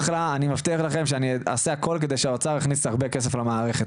אני מבטיח לכם שאני אעשה הכל כדי שהאוצר יכניס הרבה כסף למערכת,